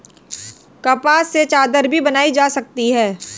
कपास से चादर भी बनाई जा सकती है